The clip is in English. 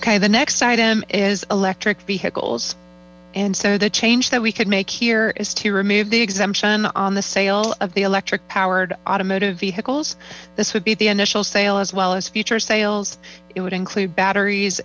ok the next item is electric vehicles and so the change that we could make here is to remove the exemption on the sale of the electric powered automotive vehicles this would be the initial sale as well as future sales it would include batteries